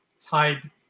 tied